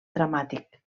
dramàtic